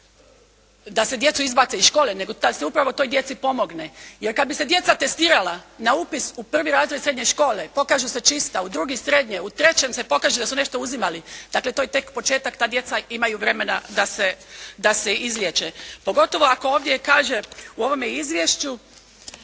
da se djecu izbaci iz škole, nego da se upravo toj djeci pomogne. Jer kad bi se djeca testirala na upis u prvi razred srednje škole pokažu se čista, u drugi srednje, u trećem se pokaže da su nešto uzimali. Dakle, to je tek početak. Ta djeca imaju vremena da se izliječe. Pogotovo ako ovdje kaže u ovome izvješću,